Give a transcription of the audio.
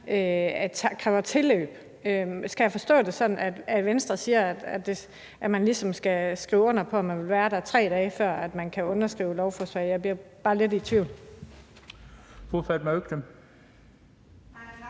tilløb. Skal jeg forstå det sådan, at Venstre siger, at man ligesom skal skrive under på, at man vil være der i 3 dage, før Venstre kan stemme for lovforslaget? Jeg bliver bare lidt i tvivl.